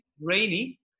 rainy